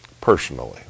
personally